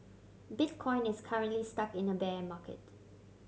bitcoin is currently stuck in a bear market